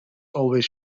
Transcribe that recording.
sure